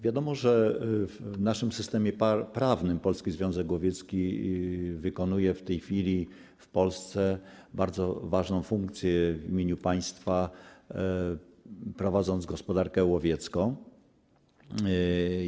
Wiadomo, że w naszym systemie prawnym Polski Związek Łowiecki pełni w tej chwili w Polsce bardzo ważną funkcję w imieniu państwa, prowadząc gospodarkę łowiecką.